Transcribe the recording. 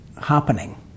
happening